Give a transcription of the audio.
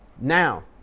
Now